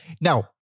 Now